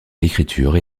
l’écriture